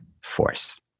force